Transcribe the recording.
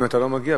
אם אתה לא מגיע,